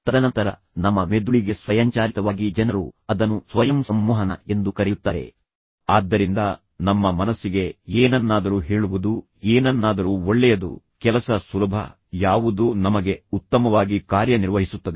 ತದನಂತರ ನಮ್ಮ ಮೆದುಳಿಗೆ ಸ್ವಯಂಚಾಲಿತವಾಗಿ ಜನರು ಅದನ್ನು ಸ್ವಯಂ ಸಂಮೋಹನ ಎಂದು ಕರೆಯುತ್ತಾರೆ ಆದ್ದರಿಂದ ನಮ್ಮ ಮನಸ್ಸಿಗೆ ಏನನ್ನಾದರೂ ಹೇಳುವುದು ಏನನ್ನಾದರೂ ಒಳ್ಳೆಯದು ಕೆಲಸ ಸುಲಭ ಯಾವುದೋ ನಮಗೆ ಉತ್ತಮವಾಗಿ ಕಾರ್ಯನಿರ್ವಹಿಸುತ್ತದೆ